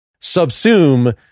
subsume